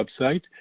website